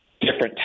different